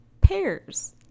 pears